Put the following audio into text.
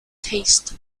taste